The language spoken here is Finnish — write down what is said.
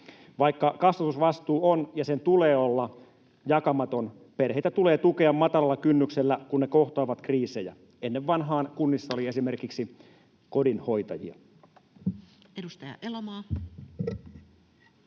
Vaikka kasvatusvastuu on, ja sen tulee olla, jakamaton, perheitä tulee tukea matalalla kynnyksellä, kun ne kohtaavat kriisejä. Ennen vanhaan kunnissa oli esimerkiksi kodinhoitajia. Edustaja Elomaa.